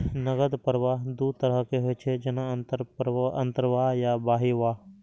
नकद प्रवाह दू तरहक होइ छै, जेना अंतर्वाह आ बहिर्वाह